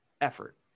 effort